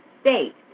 state